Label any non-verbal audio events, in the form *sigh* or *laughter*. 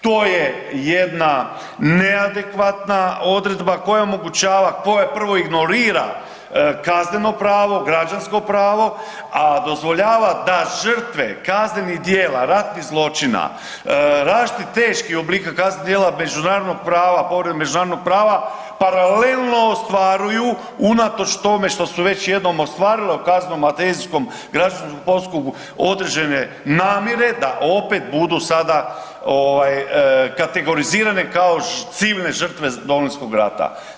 To je jedna neadekvatna odredba koja omogućava, koja prvo ignorira kazneno pravo, građansko pravo, a dozvoljava da žrtve kaznenih djela ratnih zločina, različitih teških oblika kaznenih djela međunarodnog prava, povrede međunarodnog prava paralelno ostvaruju unatoč tome što su već jednom ostvarile u kaznenom ... *unintelligible* postupku određene namjere da opet budu sada kategorizirane kao civilne žrtve Domovinskog rata.